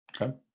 Okay